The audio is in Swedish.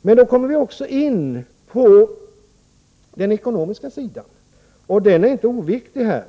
Men då kommer vi också in på den ekonomiska sidan, och den är inte oviktig.